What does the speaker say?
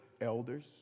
Elders